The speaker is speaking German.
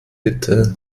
bitte